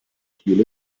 spiel